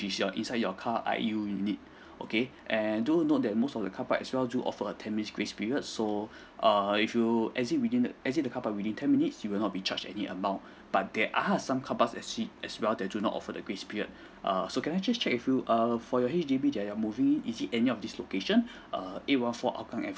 is inside your car I_U unit okay and do note that most of the carpark as well do offer a ten mins grace period so err if you exit within the exit the carpark within ten minutes you will not be charged any amount but there are some carpark actually as well they do not offer the grace period err so can I just check with you err for your H_D_B that you're moving in is it any of this location err eight one four hougang avenue